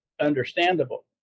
understandable